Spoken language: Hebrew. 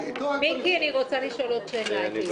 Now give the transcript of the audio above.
מיקי, אני רוצה לשאול את איל עוד שאלה.